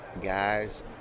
guys